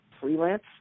freelance